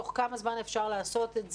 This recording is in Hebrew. תוך כמה זמן אפשר לעשות את זה?